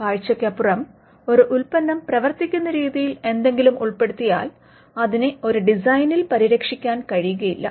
കാഴ്ചയ്ക്ക് അപ്പുറം ഒരു ഉൽപ്പന്നം പ്രവർത്തിക്കുന്ന രീതിയിൽ എന്തെങ്കിലും ഉൾപ്പെടുത്തിയാൽ അതിനെ ഒരു ഡിസൈനിൽ പരിരക്ഷിക്കാൻ കഴിയില്ല